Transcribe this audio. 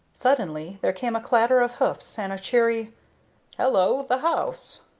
suddenly there came a clatter of hoofs and a cheery hello, the house!